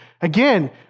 Again